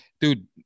dude